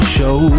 Show